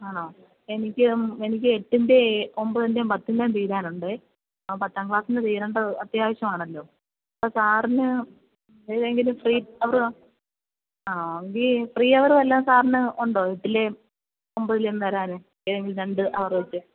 ആണോ എനിക്ക് എനിക്ക് എട്ടിന്റെം ഒമ്പതിന്റെം പത്തിന്റെം തീരാനുണ്ട് അപ്പോൾ പത്താം ക്ലാസ്സിന്റെ തീരണ്ടെ അത്യാവശ്യം ആണല്ലോ അപ്പോൾ സാറിന് ഏതെങ്കിലും ഫ്രീ അവറ് ആ എങ്കിൽ ഫ്രീ അവറ് വല്ലോം സാറിന് ഉണ്ടോ എട്ടിലേം ഒമ്പതിലേം തരാൻ ഏതെങ്കിലും രണ്ട് അവറ് വെച്ച്